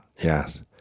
yes